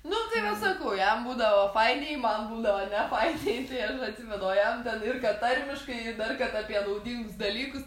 nu tai va sakau jam būdavo fainiai man būdavo nefainiai tai aš atsimenu o jam ten ir kad tarmiškai ir dar kad apie naudingus dalykus